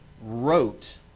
wrote